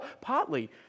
partly